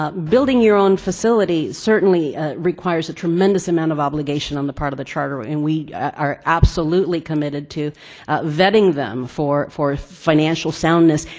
ah building your own facility certainly requires a tremendous amount of obligation on the part of the charter and we are absolutely committed to vetting them for for financial soundness,